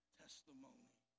testimony